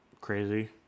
crazy